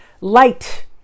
light